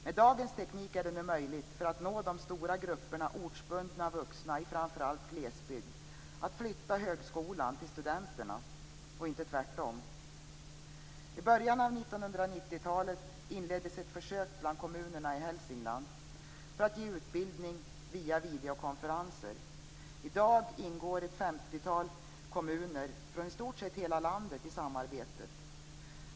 Med dagens teknik är det nu möjligt, för att nå de stora grupperna ortsbundna vuxna i framför allt glesbygd, att flytta högskolan till studenterna - inte tvärtom. I början av 1990-talet inleddes ett försök bland kommunerna i Hälsingland för att ge utbildning via videokonferenser. I dag ingår ett femtiotal kommuner - det gäller då i stort sett hela landet - i samarbetet.